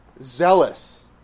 zealous